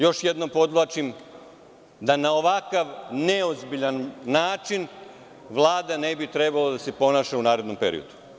Još jednom podvlačim da na ovakav neozbiljan način Vlada ne bi trebalo da se ponaša u narednom periodu.